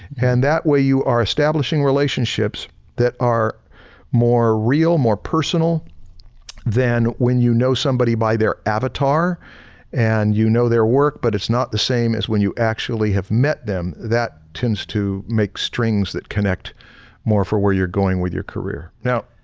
and that way you are establishing relationships that are more real, more personal than when you know somebody buy their avatar and you know their work but it's not the same as when you actually have met them. that tends to make strings that connect more for where you're going with your career. now,